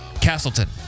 Castleton